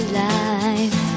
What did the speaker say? life